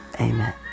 Amen